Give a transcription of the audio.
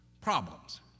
problems